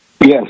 Yes